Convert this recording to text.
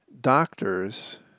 doctors